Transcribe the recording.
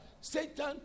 satan